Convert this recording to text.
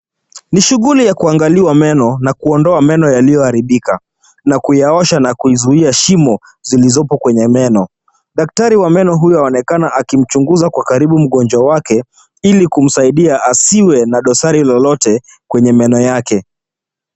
Ni shughuli ya kuangaliwa meno na kuondoa meno yaliyoharibika na kuyaosha na kuzuia shimo zilizoko kwenye meno. Daktari wa meno huyu anaonekana akimchunguza kwa karibu mgonjwa wake ili kumsaidia asiwe na dosari lolote kwenye meno yake.